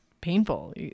painful